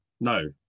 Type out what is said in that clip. no